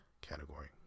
category